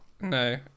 No